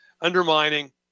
undermining